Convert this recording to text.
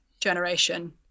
generation